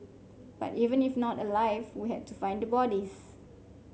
but even if not alive we had to find the bodies